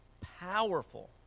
powerful